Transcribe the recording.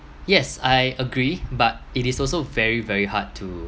yes I agree but it is also very very hard to